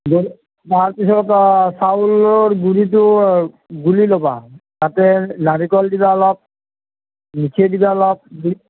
পিছত চাউলৰ গুড়িটো গুলি ল'বা তাতে নাৰিকল দিলা অলপ মিঠা দিবা অলপ